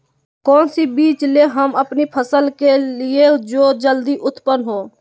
कौन सी बीज ले हम अपनी फसल के लिए जो जल्दी उत्पन हो?